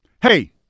hey